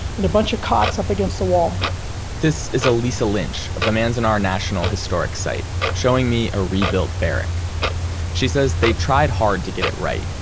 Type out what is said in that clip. and a bunch of cots up against the wall this is alisa lynch of the manzanar national historic site showing me a rebuilt barrack she says they tried hard to get it right,